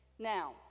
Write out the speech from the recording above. Now